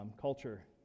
culture